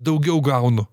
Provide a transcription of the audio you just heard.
daugiau gaunu